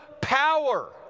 power